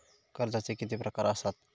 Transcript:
कर्जाचे किती प्रकार असात?